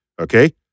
Okay